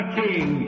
king